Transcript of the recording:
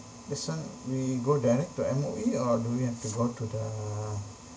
this one we go direct to M_O_E or do we have to go through the